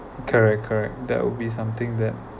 correct correct that would be something that